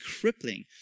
crippling